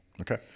Okay